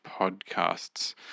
podcasts